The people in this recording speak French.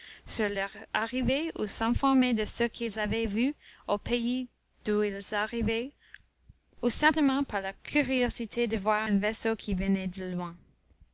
sur leur arrivée ou s'informer de ceux qu'ils avaient vus au pays d'où ils arrivaient ou simplement par la curiosité de voir un vaisseau qui venait de loin